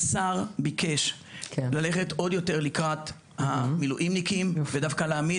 השר ביקש ללכת עוד יותר לקראת המילואימניקים ולהעמיד